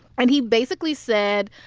and he basically said,